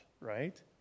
right